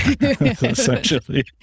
essentially